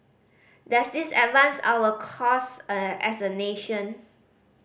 does this advance our cause as a nation